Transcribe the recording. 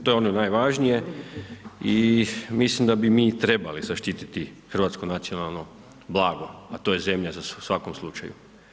To je ono najvažnije i mislim da bi mi trebali zaštititi hrvatsko nacionalno blago, a to je zemlja u svakom slučaju.